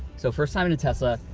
so first time in a tesla.